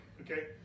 Okay